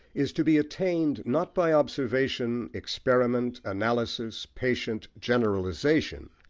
is to be attained, not by observation, experiment, analysis, patient generalisation,